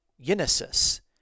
genesis